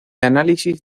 análisis